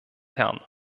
herren